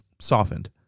softened